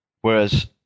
whereas